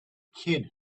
kid